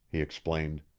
he explained.